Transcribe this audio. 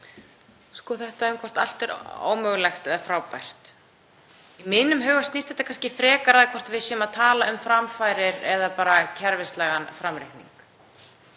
hvort þetta allt er ómögulegt eða frábært að í mínum huga snýr þetta kannski frekar að því hvort við séum að tala um framfarir eða bara kerfislægan framreikning.